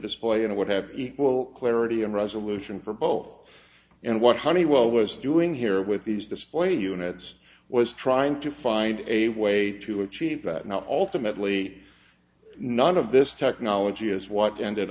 display and it would have equal clarity and resolution for both and what honeywell was doing here with these display units was trying to find a way to achieve that now ultimately none of this technology is what ended